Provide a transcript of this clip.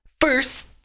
First